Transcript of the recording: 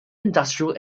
industrial